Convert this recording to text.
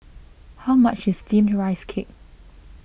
how much is Steamed Rice Cake